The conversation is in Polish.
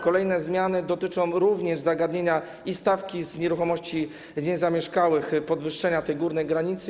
Kolejne zmiany dotyczą również zagadnienia i stawki w przypadku nieruchomości niezamieszkałych, podwyższenia górnej granicy.